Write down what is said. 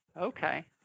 Okay